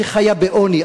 שחיה בעוני.